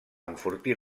enfortir